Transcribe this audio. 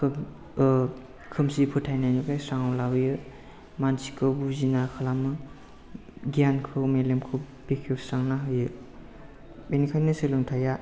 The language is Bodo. खोब खोमसि फोथायनायनिफ्राय स्राङाव लाबोयो मानसिखौ बुजिना खालामो गियानखौ मेलेमखौ बेखेवस्रांना होयो बेनिखायनो सोलोंथाइया